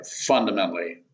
fundamentally